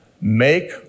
make